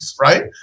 right